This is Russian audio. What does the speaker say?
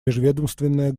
межведомственная